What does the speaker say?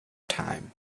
time